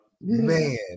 Man